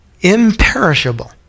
imperishable